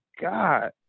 God